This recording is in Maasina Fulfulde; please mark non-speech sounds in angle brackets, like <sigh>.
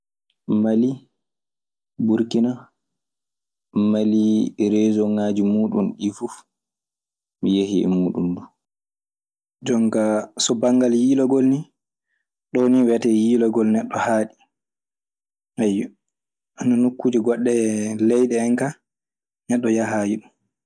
Mali, Burkina, Mali e reesonŋaaji muuɗun ɗii fuf mi yehii e muuɗun du. Jonkaa so banngal yiilagol nii ɗonnii wiyetee yiilagol neɗɗo haaɗi. <hesitation> nokkuuje goɗɗe leyɗe en neɗɗo yahaali ɗum.